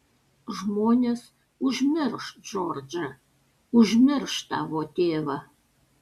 žmonės užmirš džordžą užmirš tavo tėvą